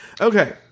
Okay